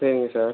சரிங்க சார்